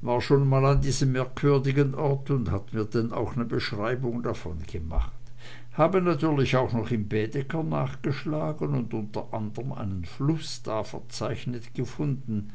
war mal an diesem merkwürdigen ort und hat mir denn auch ne beschreibung davon gemacht habe natürlich auch noch im baedeker nachgeschlagen und unter anderm einen fluß da verzeichnet gefunden